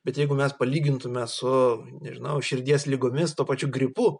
bet jeigu mes palygintume su nežinau širdies ligomis tuo pačiu gripu